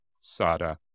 Sada